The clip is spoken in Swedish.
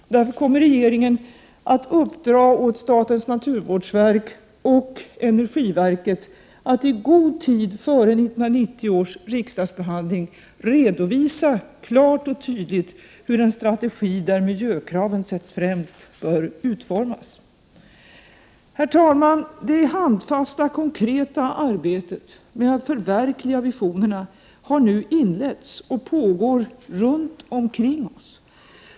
Regeringen kommer därför att uppdra åt statens naturvårdsverk och energiverket att i god tid före 1990 års riksdagsbehandling klart och tydligt redovisa hur en strategi där miljökraven sätts främst bör utformas. Herr talman! Det handfasta och konkreta arbetet med att förverkliga visionerna har nu inletts, och det pågår runtomkring oss.